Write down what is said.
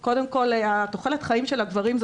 תוחלת החיים של הגברים,